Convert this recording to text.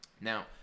Now